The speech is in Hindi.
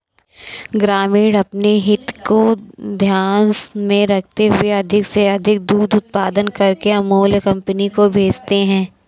ग्रामीण अपनी हित को ध्यान में रखते हुए अधिक से अधिक दूध उत्पादन करके अमूल कंपनी को भेजते हैं